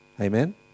amen